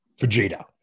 Vegeta